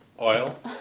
Oil